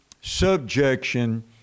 subjection